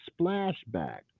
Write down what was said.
splashback